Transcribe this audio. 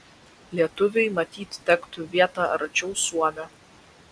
lietuviui matyt tektų vieta arčiau suomio